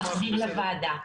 נחזיר לוועדה.